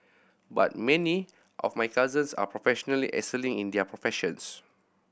but many of my cousins are professionally excelling in their professions